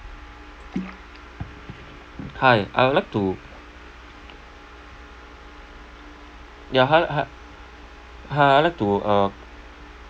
hi I would like to ya hel~ hi~ hi I would like to uh